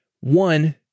One